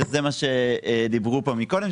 שזה מה שדיברו פה מקודם,